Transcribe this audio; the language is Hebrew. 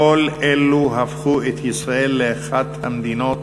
כל אלה הפכו את ישראל לאחת המדינות